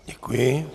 Děkuji.